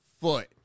foot